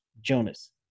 Jonas